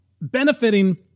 benefiting